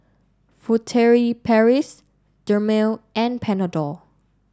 Furtere Paris Dermale and Panadol